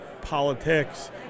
politics